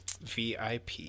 VIP